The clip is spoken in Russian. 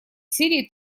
сирии